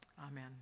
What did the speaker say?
Amen